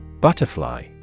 Butterfly